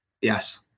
Yes